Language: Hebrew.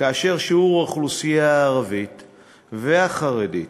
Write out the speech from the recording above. כאשר שיעור האוכלוסייה הערבית והחרדית,